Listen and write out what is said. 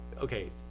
Okay